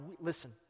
listen